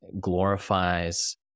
glorifies